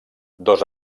dos